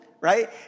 Right